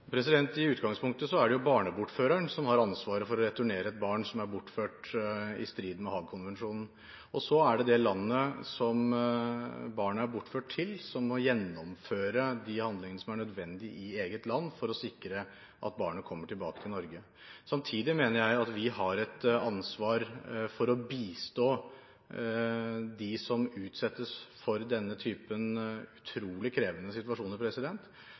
I utgangspunktet er det jo barnebortføreren som har ansvaret for å returnere et barn som er bortført i strid med Haag-konvensjonen, og så er det myndighetene i det landet som barnet er bortført til, som må gjennomføre de handlingene som er nødvendige i eget land for å sikre at barnet kommer tilbake til Norge. Samtidig mener jeg at vi har et ansvar for å bistå dem som utsettes for denne typen utrolig krevende situasjoner,